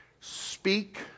Speak